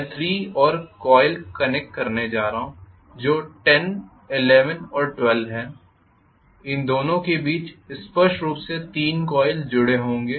मैं 3 और coil connect करने जा रहा हूँ जो 10 11 और 12 है इन दोनों के बीच स्पष्ट रूप से तीन कॉइल जुड़े होंगे